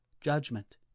judgment